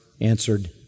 answered